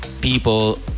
people